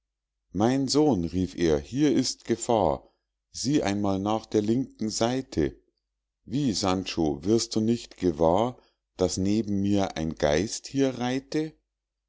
mein sohn rief er hier ist gefahr sieh einmal nach der linken seite wie sancho wirst du nicht gewahr daß neben mir ein geist hier reite